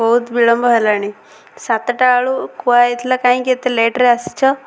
ବହୁତ ବିଳମ୍ବ ହେଲାଣି ସାତଟାବେଳୁ କୁହାଯଇଥିଲା କାହିଁକି ଏତେ ଲେଟ୍ରେ ଆସିଛ